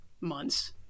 months